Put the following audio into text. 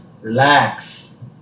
relax